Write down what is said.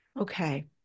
Okay